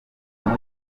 mugi